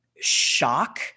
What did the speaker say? shock